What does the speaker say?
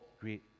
great